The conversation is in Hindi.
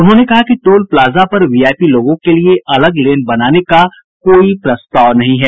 उन्होंने कहा कि टोल प्लाजा पर वीआईपी लोगों के लिए अलग लेन बनाने का कोई प्रस्ताव नहीं है